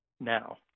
Now